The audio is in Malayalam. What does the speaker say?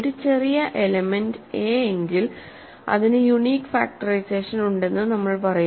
ഒരു ചെറിയ എലെമെന്റ്സ് എ എങ്കിൽ അതിന് യൂണീക് ഫാക്ടറൈസേഷൻ ഉണ്ടെന്നു നമ്മൾ പറയുന്നു